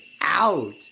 out